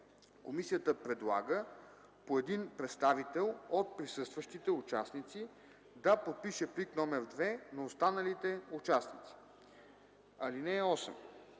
Комисията предлага по един представител от присъстващите участници да подпише плик № 2 на останалите участници. (8)